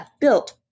built